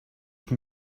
can